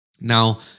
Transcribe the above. Now